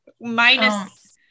Minus